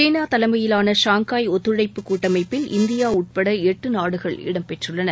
சீனா தலைமையிலான ஷாங்காய் ஒத்துழைப்பு கூட்டமைப்பில் இந்தியா உட்பட எட்டு நாடுகள் இடம்பெற்றுள்ளன